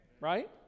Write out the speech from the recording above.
Right